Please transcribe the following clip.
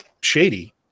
shady